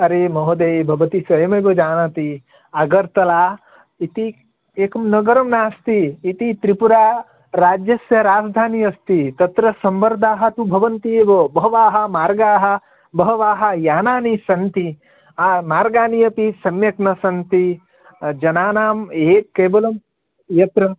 अरे महोदये भवती स्वयमेव जानाति अगर्तला इति एकं नगरं नास्ति इति त्रिपुराराज्यस्य राजधानी अस्ति तत्र सम्मर्दाः तु भवन्ति एव बहवः मार्गाः बहवः यानानि सन्ति आ मार्गाः अपि सम्यक् न सन्ति जनानां ये केवलं यत्र